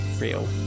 real